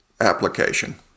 application